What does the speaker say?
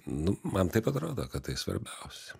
nu man taip atrodo kad tai svarbiausia